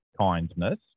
kindness